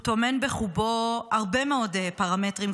הוא טומן בחובו הרבה מאוד פרמטרים.